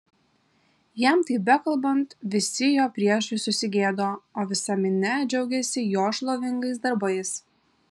jam tai bekalbant visi jo priešai susigėdo o visa minia džiaugėsi jo šlovingais darbais